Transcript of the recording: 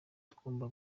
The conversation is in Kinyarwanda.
tugomba